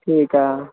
ਠੀਕ ਆ